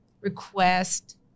request